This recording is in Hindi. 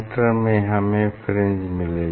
लॉयड स मिरर में हम एक ही मिरर का उपयोग करते हैं